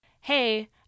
Hey